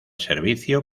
servicio